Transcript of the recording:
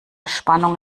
spannung